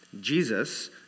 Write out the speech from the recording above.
Jesus